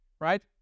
right